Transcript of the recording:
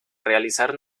realizar